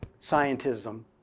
scientism